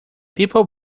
people